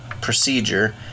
procedure